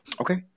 Okay